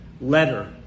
letter